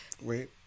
Wait